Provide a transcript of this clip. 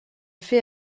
fait